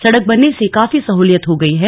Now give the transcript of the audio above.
सड़क बनने से काफी सहूलियत हो गई है